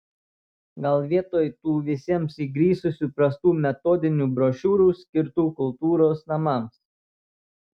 gal vietoj tų visiems įgrisusių prastų metodinių brošiūrų skirtų kultūros namams